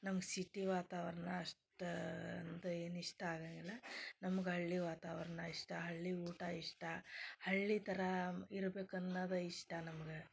ನಮ್ಮ ಸಿಟಿ ವಾತಾವರ್ಣ ಅಷ್ಟು ಅಂದು ಏನೂ ಇಷ್ಟ ಆಗಂಗಿಲ್ಲ ನಮ್ಗೆ ಹಳ್ಳಿ ವಾತಾವರ್ಣ ಇಷ್ಟ ಹಳ್ಳಿ ಊಟ ಇಷ್ಟ ಹಳ್ಳಿ ಥರ ಇರ್ಬೇಕು ಅನ್ನೋದು ಇಷ್ಟ ನಮ್ಗೆ